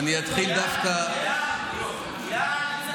ראש הממשלה לא רוצה,